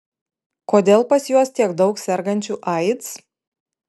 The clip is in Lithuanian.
kodėl pas juos tiek daug sergančių aids